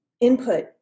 input